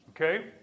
Okay